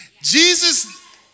Jesus